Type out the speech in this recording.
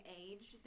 age